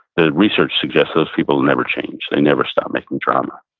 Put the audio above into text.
the research suggests those people never change, they never stop making drama.